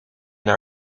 naar